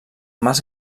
mas